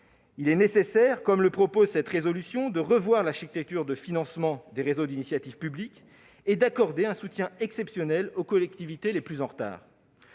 Il est nécessaire, comme le proposent les auteurs de la résolution, de revoir l'architecture de financement des réseaux d'initiative publique et d'accorder un soutien exceptionnel aux collectivités les plus en retard.